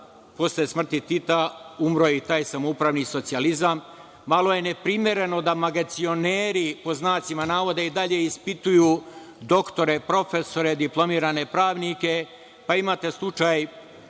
posle smrti Tita, umro je i taj samoupravni socijalizam. Malo je neprimereno da magacioneri, pod znacima navoda, i dalje ispituju doktore, profesore, diplomirane pravnike. Imate slučaj